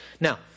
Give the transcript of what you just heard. Now